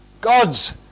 God's